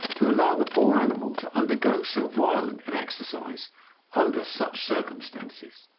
to allow the poor animal to undergo so violent an exercise under such circumstances.